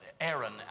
Aaron